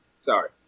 sorry